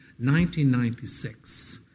1996